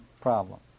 problem